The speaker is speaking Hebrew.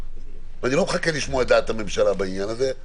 ואני לא מחכה לשמוע את דעת הממשלה בעניין הזה,